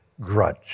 grudge